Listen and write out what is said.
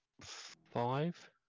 five